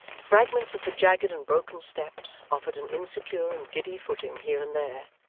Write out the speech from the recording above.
fragments of the jagged and broken steps offered an insecure and giddy footing here and there,